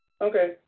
Okay